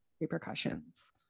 repercussions